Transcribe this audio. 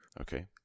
okay